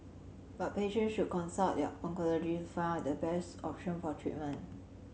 but patients should consult their oncologist to find out the best option for treatment